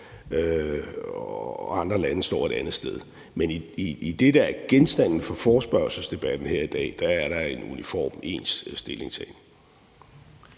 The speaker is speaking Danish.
Og andre lande står et andet sted. Men i det, der er genstanden for forespørgselsdebatten her i dag, er der en uniform ens stillingtagen.